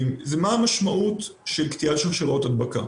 היא מה המשמעות של קטיעת שרשראות הדבקה,